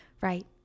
right